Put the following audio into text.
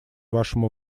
вашему